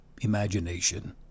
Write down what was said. imagination